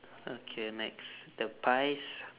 okay next the pies